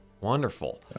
Wonderful